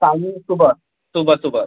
planning सुबह सुबह सुबह